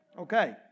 Okay